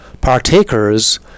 partakers